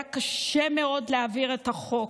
היה קשה מאוד להעביר את החוק.